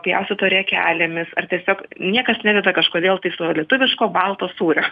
pjaustyto riekelėmis ar tiesiog niekas nededa kažkodėl tais savo lietuviško balto sūrio